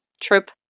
trip